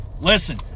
listen